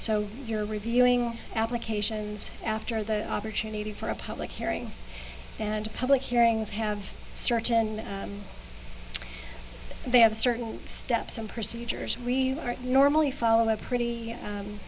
so you're reviewing applications after the opportunity for a public hearing and public hearings have certain they have certain steps and procedures we are normally follow a pretty